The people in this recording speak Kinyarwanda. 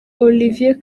olivier